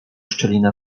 szczelinę